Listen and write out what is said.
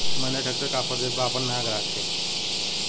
Mahindra tractor का offer देत बा अपना नया ग्राहक के?